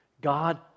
God